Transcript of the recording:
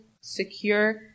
secure